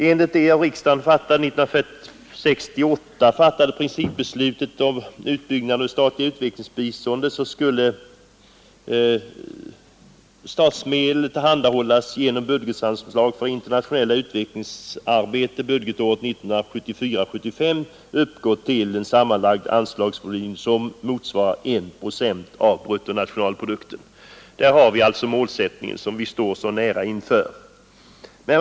Enligt det av riksdagen år 1968 fattade principbeslutet om utbyggnaden av det statliga utvecklingsbiståndet skulle statsmedel tillhandahållas genom budgetanslag för det internationella utvecklingsarbetet budgetåret 1974/75 och uppgå till en sammanlagt anslagsvolym som motsvarar 1 procent av bruttonationalprodukten. Där finns alltså målsättningen; så nära i tiden ligger den.